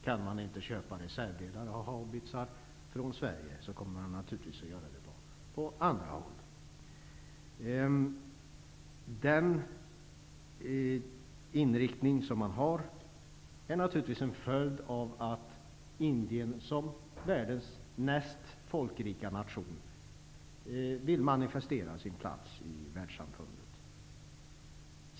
Kan man inte köpa reservdelar till sina haubitsar från Sverige, kommer man att göra det på andra håll. Den inriktning som man har är naturligtvis en följd av att Indien som världens näst folkrikaste nation vill manifestera sin plats i världssamfundet.